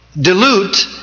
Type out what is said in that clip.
dilute